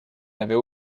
n’avais